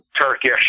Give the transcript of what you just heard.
Turkish